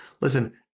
Listen